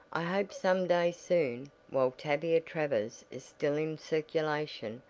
i hope some day soon, while tavia travers is still in circulation,